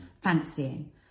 fancying